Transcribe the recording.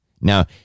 now